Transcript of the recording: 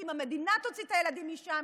כי אם המדינה תוציא את הילדים משם,